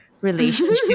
relationship